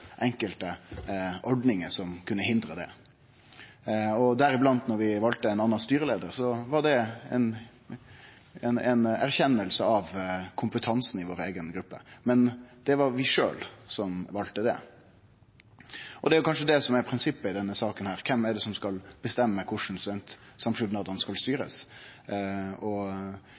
enkelte ordningar som kunne hindre det. Deriblant var det, da vi valde ein annan styreleiar, ei erkjenning av kompetansen i vår eiga gruppe. Men det var vi sjølve som valde det. Det er kanskje det som er prinsippet i denne saka: Kven er det som skal bestemme korleis studentsamskipnadane skal styrast?